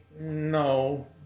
no